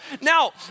Now